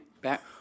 back